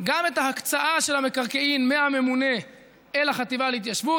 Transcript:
גם את ההקצאה של המקרקעין מהממונה אל החטיבה להתיישבות.